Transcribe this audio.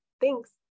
Thanks